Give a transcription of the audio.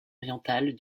orientale